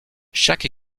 chaque